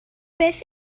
beth